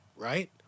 Right